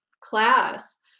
class